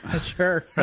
Sure